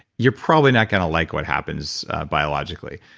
you're probably not going to like what happens biologically,